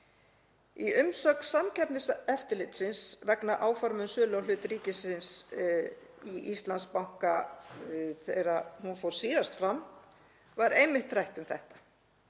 Í umsögn Samkeppniseftirlitsins vegna áforma um sölu á hlut ríkisins í Íslandsbanka þegar hún fór síðast fram var einmitt rætt um þetta.